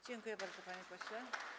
Dziękuję bardzo, panie pośle.